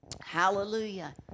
Hallelujah